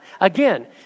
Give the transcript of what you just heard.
Again